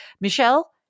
Michelle